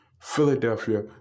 Philadelphia